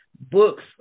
books